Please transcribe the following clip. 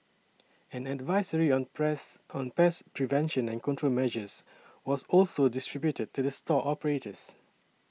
an advisory on press on pest prevention and control measures was also distributed to the store operators